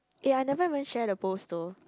eh I never even share the post though